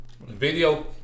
video